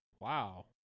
Wow